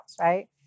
right